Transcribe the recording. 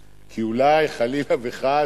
אתה בפניקה מהפלסטינים, כי אולי, חלילה וחס,